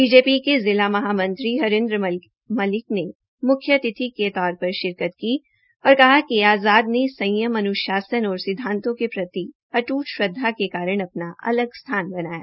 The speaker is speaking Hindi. बीजेपी के जिला महामंत्री हरिंदर मलिक ने मुख्य अतिथि के तौर पर शिरकत की और कहा कि आज़ाद ने संयम अन्शासन और सिदांतों के प्रति अदृ निष्ठा के कारण अपना अलग स्थान बनाया